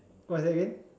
what is that again